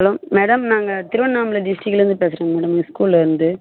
hello madam நாங்கள் திருவண்ணாமல டிஸ்ட்ரிக்லேருந்து பேசுகிறோங்க மேடம் ஸ்கூல்லேர்ந்து